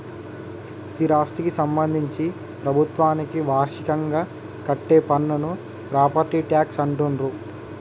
స్థిరాస్థికి సంబంధించి ప్రభుత్వానికి వార్షికంగా కట్టే పన్నును ప్రాపర్టీ ట్యాక్స్ అంటుండ్రు